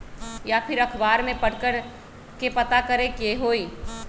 या फिर अखबार में पढ़कर के पता करे के होई?